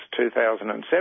2007